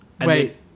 wait